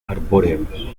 arbóreos